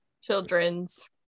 children's